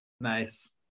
Nice